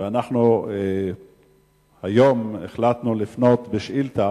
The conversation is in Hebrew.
ואנחנו היום החלטנו לפנות בשאילתא